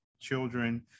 children